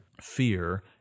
fear